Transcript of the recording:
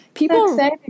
People